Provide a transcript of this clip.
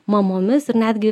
mamomis ir netgi